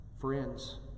friends